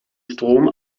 strom